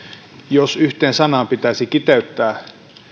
jos yhteen sanaan pitäisi kiteyttää